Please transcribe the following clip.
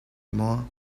maw